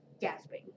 gasping